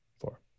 four